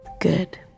Good